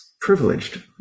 privileged